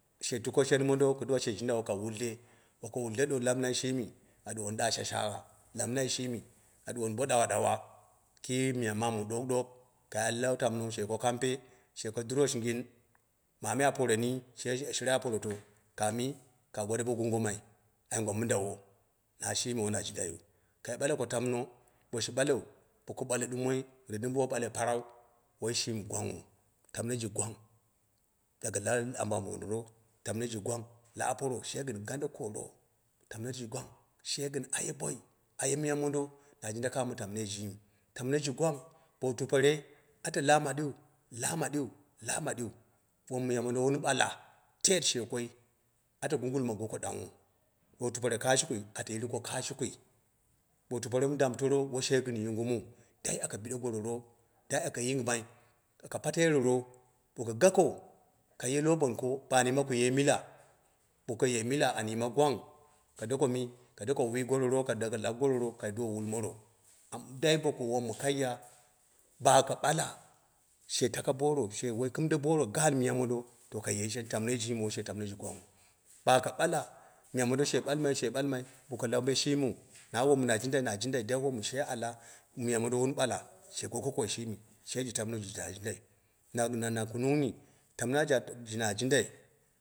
Shetuko sharmundo kɨduwa she jindai ka wulde bo ko wulde do lamɨnai shimi, a ɗuwoni da shashaa gha, laminai shimi a ɗuwo ni bo ɗawa ɗawa kii miya mama mi ɗakɗok, ka al nako mina rango she ko kampe, she ko dor oshgin, maami a poreni sha shire a poroto kaami? Kaa gwade bo gonggomai, angwa minda wo na shimi wona jindaiu, kai ɓala ko tamno, bo shi ɓaleu, bo bale ɗumoi ge dɨm bowu ɓale parau, woi shini, gwanghu, tamno ji gwang daga la ambo ambo mondo, tamno ji gwang she gɨn gande kooro, tamno ji gwang she gɨn aye boi, aye miya mondo na jinda kaamo tamnai sheji, tamno ji gwang bo wu tupre ata laama ɗiu, laama ɗiu laama ɗiu, wom miya mondo wun ɓala teet she koi ata gungulma goko dangnghu bo wu tupere kashaka ata yirko kashakai, bo wu tupere dan toro wosi she gin yumgumu dai aka biɗe gororo dai aka yingimai, aka pate yerero, o ko gako ka ye lowo bon ko bo an yima ku ye milo, bo ye mila an yima gwang ka doko mi? Ka doko hau gororo kadaga lau gororo ka do wimi moro, wom kai ya bo'ake ɓa la she taka booro, she kɨn de booro gaan miya mondo, to ka ye she tamnoi je woi tamno ji gwangnghu, ba aka ɓala miya mondo, she ɓalmai, she balma bo bo ka lau bo shimiu wom na jindai, na jindai, dai won she ala, miya mondo wun ɓala she ko gokoi shimi sheji mamno na na jindai, na na na kunungni na tamnoi ji na na jindai